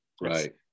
Right